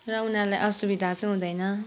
र उनीहरूलाई असुविधा चाहिँ हुँदैन